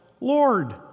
Lord